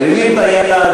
מרימים את היד,